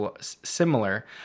similar